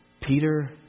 Peter